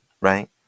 right